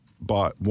bought